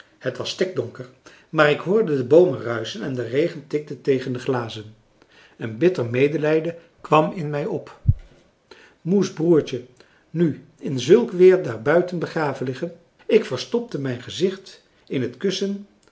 het was stikdonker maar ik hoorde de boomen ruischen en de regen tikte tegen de glazen een bitter medelijden kwam in mij op moest broertje nu in zulk weer daarbuiten begraven liggen ik verstopte mijn gezicht in het kussen